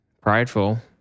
prideful